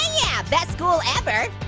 yeah! best school ever.